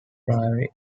priory